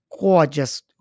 gorgeous